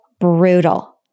brutal